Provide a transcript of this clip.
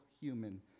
human